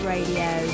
Radio